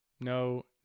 No